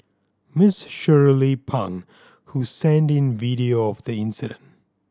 Miss Shirley Pang who sent in video of the incident